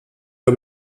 der